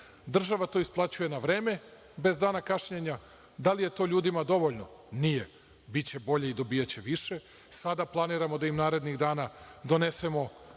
Država to isplaćuje na vreme, bez dana kašnjenja. Da li je to ljudima dovoljno? Nije. Biće bolje i dobijaće više. Sada planiramo da im narednih dana donesemo